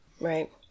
Right